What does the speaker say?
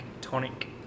Tonic